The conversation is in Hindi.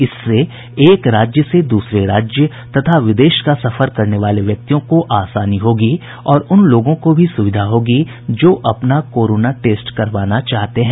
इससे एक राज्य से दूसरे राज्य तथा विदेश का सफर करने वाले व्यक्तियों को आसानी होगी और उन लोगों को भी सुविधा होगी जो अपना कोरोना टेस्ट कराना चाहते हैं